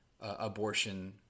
abortion